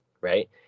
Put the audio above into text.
right